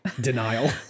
Denial